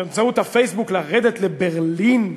באמצעות הפייסבוק, לרדת לברלין,